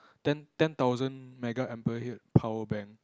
ten ten thousand megaampere power bank